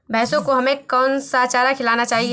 भैंसों को हमें कौन सा चारा खिलाना चाहिए?